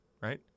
right